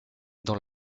dont